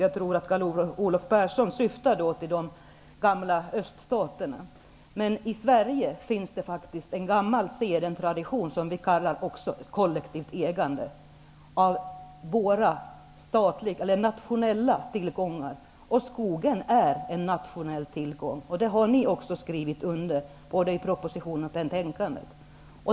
Jag tror att Carl Olov Persson syftar på de gamla öststaterna. I Sverige finns det faktiskt en gammal tradition som vi också kallar för kollektivt ägande av våra nationella tillgångar. Skogen är en nationell tillgång. Det har ni också skrivit under på både i propositionen och betänkandet.